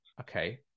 Okay